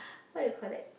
what do you call that